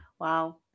wow